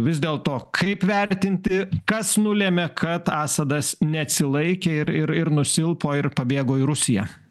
vis dėlto kaip vertinti kas nulėmė kad asadas neatsilaikė ir ir ir nusilpo ir pabėgo į rusiją